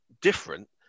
different